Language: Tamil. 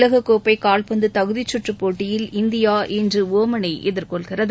உலகக்கோப்பை கால்பந்து தகுதிக்கற்று போட்டியில் இந்தியா இன்று ஓமனை எதிர்கொள்கிறது